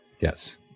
Yes